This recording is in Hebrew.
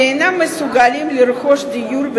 אני משוכנעת שהמצב הנוכחי בשוק הדיור,